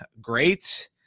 Great